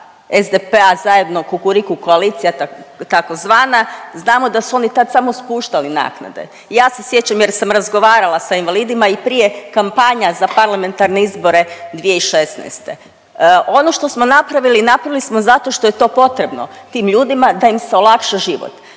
SDP-a zajedno Kukuriku koalicija takozvana, znamo da su oni tad samo spuštali naknade. Ja se sjećam jer sam razgovarala sa invalidima i prije kampanja za parlamentarne izbore 2016.. Ono što smo napravili, napravili smo zato što je to potrebno tim ljudima da im se olakša život.